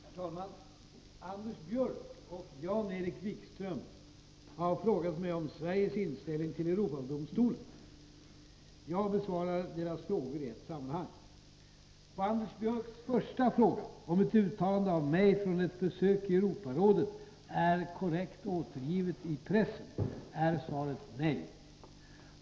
Herr talman! Anders Björck och Jan-Erik Wikström har frågat mig om Sveriges inställning till Europadomstolen. Jag besvarar deras frågor i ett sammanhang. På Anders Björcks första fråga, om ett uttalande av mig från ett besök i Europarådet är korrekt återgivet i pressen, är svaret nej.